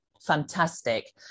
fantastic